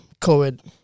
COVID